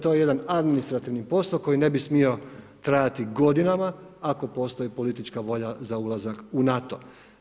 To je jedan administrativni posao koji ne bi smio trajati godinama ako postoji politička volja za ulazak u NATO.